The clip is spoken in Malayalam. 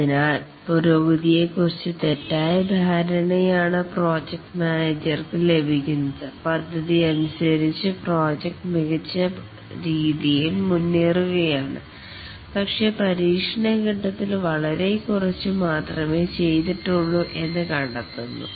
അതിനാൽ പുരോഗതിയെക്കുറിച്ച് തെറ്റായ ധാരണയാണ് പ്രോജക്റ്റ് മാനേജർക്ക് ലഭിക്കുന്നത് പദ്ധതിയനുസരിച്ച് പ്രോജക്ട് മികച്ച രീതിയിൽ മുന്നേറുകയാണ് പക്ഷേ ടെസ്റ്റിംഗ് ഫേസിൽ വളരെ കുറച്ചു മാത്രമേ ചെയ്തിട്ടുള്ളൂ എന്ന് കണ്ടെത്തുന്നു